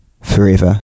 forever